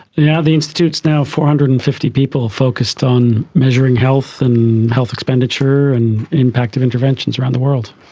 yeah the institute is now four hundred and fifty people focused on measuring health and health expenditure and impact of interventions around the world.